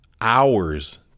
hours